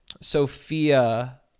Sophia